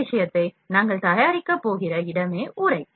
இந்த விஷயத்தை நாங்கள் தயாரிக்கப் போகிற இடமே உறை